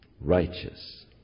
Righteous